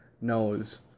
knows